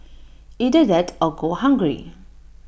either that or go hungry